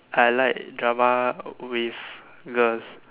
I like drama with girls